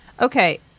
Okay